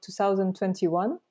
2021